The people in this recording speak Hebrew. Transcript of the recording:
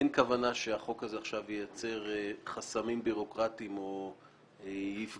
אין כוונה שהחוק הזה עכשיו ייצר חסמים ביורוקרטיים או יפגע